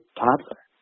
toddler